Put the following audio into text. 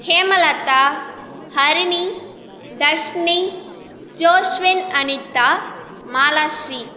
Hemalatha Harini Dharshini ஜோஸ்வின்அனிதா Malashree